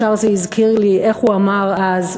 ישר זה הזכיר לי איך הוא אמר אז,